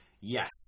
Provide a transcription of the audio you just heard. Yes